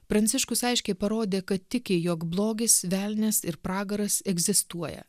pranciškus aiškiai parodė kad tiki jog blogis velnias ir pragaras egzistuoja